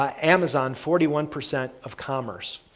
ah amazon forty one percent of commerce.